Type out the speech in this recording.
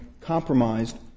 compromised